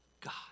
God